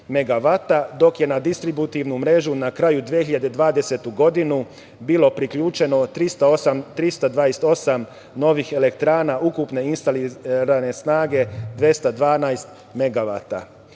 dok je na distributivnu mrežu na kraju 2020. godine, bilo priključeno 328 novih elektrana ukupne instalirane snage, 212